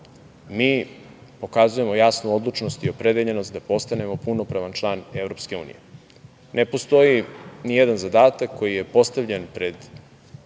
mi pokazujemo jasnu odlučnost i opredeljenost da postanemo punopravan član EU. Ne postoji ni jedan zadatak koji je postavljen pred